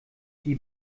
die